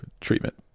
treatment